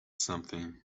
something